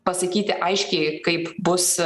pasakyti aiškiai kaip bus